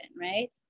right